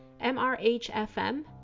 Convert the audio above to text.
MRHFM